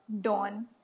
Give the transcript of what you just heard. dawn